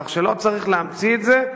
כך שלא צריך להמציא את זה.